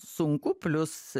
sunku plius